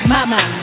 Mama